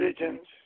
religions